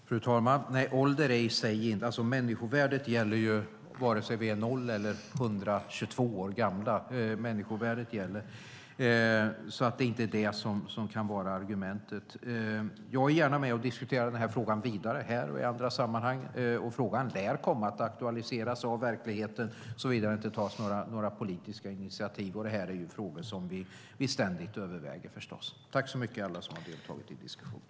Fru talman! Nej, människovärdet gäller ju vare sig vi är 0 eller 122 år gamla. Människovärdet gäller. Det är alltså inte det som kan vara argumentet. Jag är gärna med och diskuterar frågan vidare, här och i andra sammanhang, och frågan lär komma att aktualiseras av verkligheten såvida det inte tas några politiska initiativ. Detta är frågor vi ständigt överväger, förstås. Tack så mycket, alla som har deltagit i diskussionen!